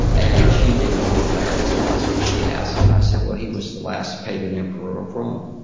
and she didn't know who alaric was, but she asked, and i said, well, he was the last pagan emperor of rome.